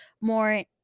more